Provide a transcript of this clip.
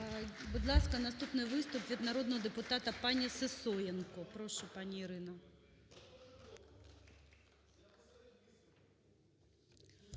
Будь ласка, наступний виступ від народного депутата пані Сисоєнко. Прошу, пані Ірино.